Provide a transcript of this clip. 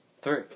Three